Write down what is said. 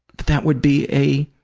but that would be a